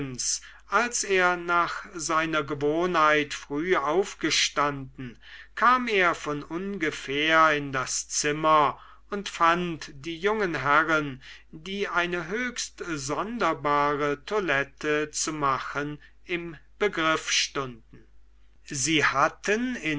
als er nach seiner gewohnheit früh aufgestanden kam er von ungefähr in das zimmer und fand die jungen herren die eine höchst sonderbare toilette zu machen im begriff stunden sie hatten